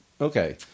okay